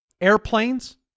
airplanes